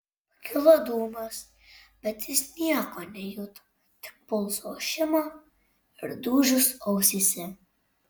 pakilo dūmas bet jis nieko nejuto tik pulso ošimą ir dūžius ausyse